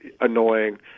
annoying